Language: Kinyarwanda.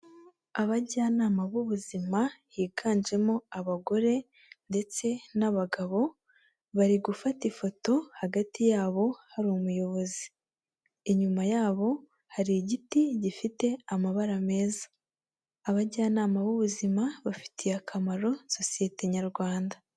Abajyanama b'ubuzima, higanjemo abagore ndetse n'abagabo, bari gufata ifoto hagati yabo hari umuyobozi, inyuma yabo hari igiti gifite amabara meza, abajyanama b'ubuzima bafitiye akamaro sosiyete nyarwanda.